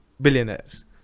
billionaires